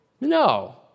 No